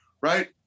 right